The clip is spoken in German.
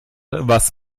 was